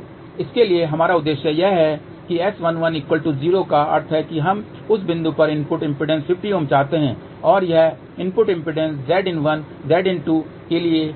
तो इसके लिए हमारा उद्देश्य यह है कि S11 0 का अर्थ है कि हम इस बिंदु पर इनपुट इम्पीडेन्स 50 Ω चाहते हैं और यह इनपुट इम्पीडेन्स Zin1 Zin2 के